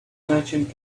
merchant